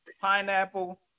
pineapple